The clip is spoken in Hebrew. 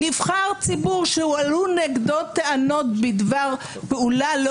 נבחר ציבור שהועלו נגדו טענות בדבר פעולה לא